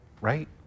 right